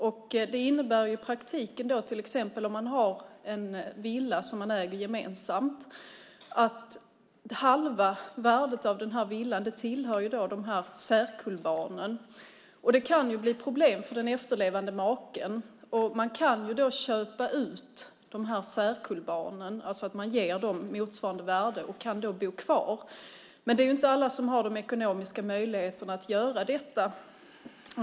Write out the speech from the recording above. I praktiken innebär det att om man till exempel äger en villa gemensamt tillhör halva värdet av villan särkullbarnen. Det kan bli problem för den efterlevande maken. Man kan köpa ut särkullbarnen och ge dem motsvarande värde. Då kan man bo kvar. Men det är inte alla som har de ekonomiska möjligheterna att göra detta.